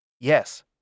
Yes